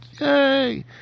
Yay